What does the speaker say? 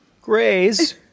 graze